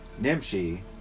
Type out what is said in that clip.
Nimshi